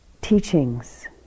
teachings